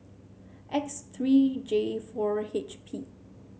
X three J four H P